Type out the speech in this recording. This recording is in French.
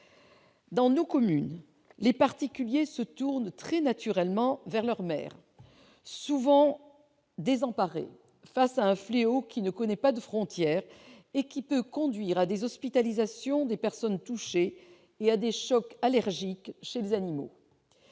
Dans nos communes, les particuliers se tournent très naturellement vers leur maire, souvent désemparé face à un fléau qui ne connaît pas de frontières et qui peut conduire à l'hospitalisation des personnes touchées et à des chocs allergiques chez les animaux.